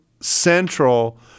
central